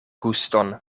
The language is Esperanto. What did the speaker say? guston